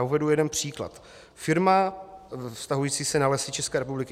Uvedu jeden příklad vztahující se na Lesy České republiky.